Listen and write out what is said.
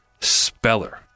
speller